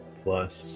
plus